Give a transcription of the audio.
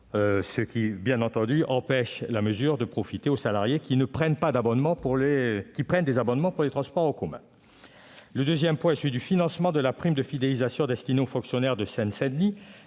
les 400 euros par an, la mesure ne profite pas aux salariés qui prennent un abonnement pour les transports en commun. Le deuxième point est relatif au financement de la prime de fidélisation destinée aux fonctionnaires de la Seine-Saint-Denis.